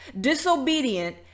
disobedient